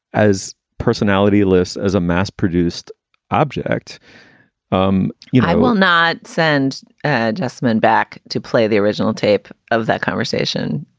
as personality lists, as a mass produced object um you know i will not send adjustment back to play the original tape of that conversation